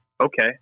Okay